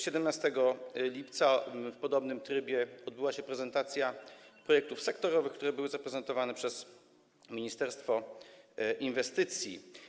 17 lipca w podobnym trybie odbyła się prezentacja projektów sektorowych, które były przedstawione przez ministerstwo inwestycji.